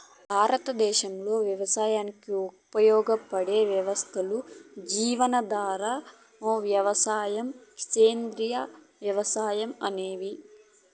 భారతదేశంలో వ్యవసాయానికి ఉపయోగపడే వ్యవస్థలు జీవనాధార వ్యవసాయం, సేంద్రీయ వ్యవసాయం అనేవి